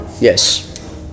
Yes